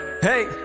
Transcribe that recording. hey